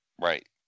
Right